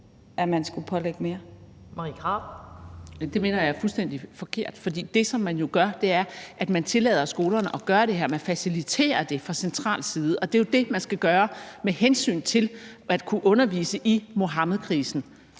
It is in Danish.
11:41 Marie Krarup (DF): Det mener jeg er fuldstændig forkert, for det, som man jo gør, er, at man tillader skolerne at gøre det her, at man faciliterer det fra central side. Og det, man skal gøre hensyn til at kunne undervise i Muhammedkrisen,